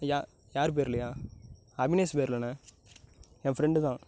யா யார் பேர்லயா அபினேஷ் பேர்லண்ணே என் ஃப்ரெண்டுதான்